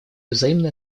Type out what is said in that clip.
взаимное